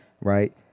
right